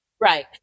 right